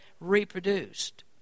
reproduced